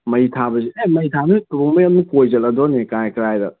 ꯃꯩ ꯊꯥꯕꯁꯤ ꯑꯦ ꯃꯩ ꯊꯥꯕ ꯅꯨꯃꯤꯠ ꯀꯣꯏ ꯆꯠꯂꯗꯧꯅꯤ ꯀꯔꯥꯏ ꯀꯔꯥꯏꯗ